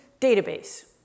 database